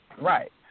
right